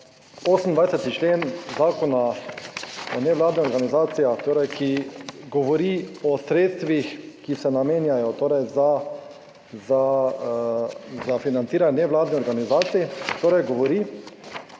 28. člen Zakona o nevladnih organizacijah, torej ki govori o sredstvih, ki se namenjajo torej za financiranje nevladnih organizacij, torej